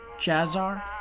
Jazzar